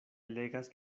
legas